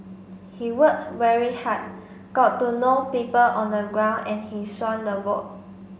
he work very hard got to know people on the ground and he swung the vote